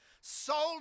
sold